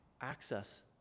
access